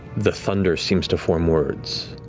the thunder seems to form words.